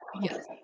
Yes